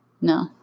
No